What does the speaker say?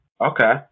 Okay